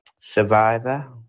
Survivor